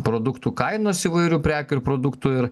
produktų kainos įvairių prekių ir produktų ir